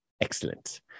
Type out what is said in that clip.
Excellent